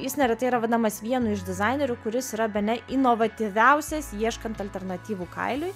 jis neretai yra vadinamas vienu iš dizainerių kuris yra bene inovatyviausias ieškant alternatyvų kailiui